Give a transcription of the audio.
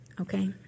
Okay